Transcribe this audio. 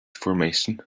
formation